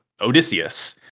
Odysseus